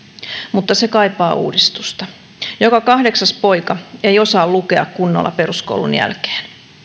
mutta se kaipaa uudistusta joka kahdeksas poika ei osaa lukea kunnolla peruskoulun jälkeen